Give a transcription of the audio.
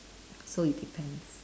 so it depends